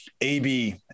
AB